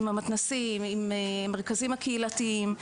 עם המתנ״סים ועם המרכזים הקהילתיים.